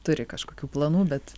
turi kažkokių planų bet